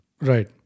Right